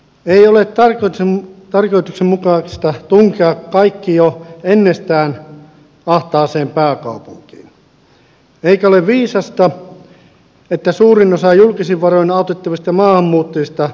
ei ole tarkoituksenmukaista tunkea kaikkea jo ennestään ahtaaseen pääkaupunkiin eikä ole viisasta että suurin osa julkisin varoin autettavista maahanmuuttajista laitetaan juuri pääkaupunkiin